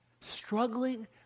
struggling